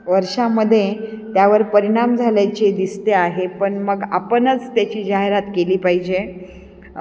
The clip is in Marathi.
वर्षामध्ये त्यावर परिणाम झाल्याचे दिसते आहे पण मग आपणच त्याची जाहिरात केली पाहिजे